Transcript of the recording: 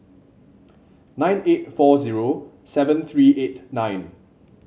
nine eight four zero seven three eight nine